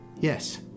Yes